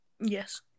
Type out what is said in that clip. Yes